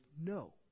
no